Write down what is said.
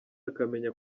akamenya